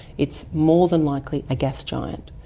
it's more than likely a gas giant.